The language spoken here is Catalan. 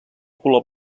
color